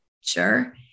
sure